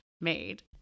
made